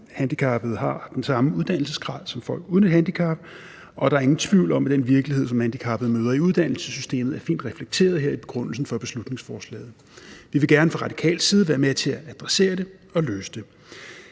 handicappede har den samme uddannelsesgrad som folk uden handicap, og der er ingen tvivl om, at den virkelighed, som handicappede møder i uddannelsessystemet, er fint reflekteret her i begrundelsen for beslutningsforslaget. Vi vil gerne fra radikal side være med til at adressere det og løse det.